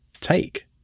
take